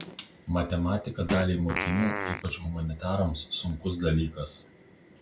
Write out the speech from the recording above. matematika daliai mokinių ypač humanitarams sunkus dalykas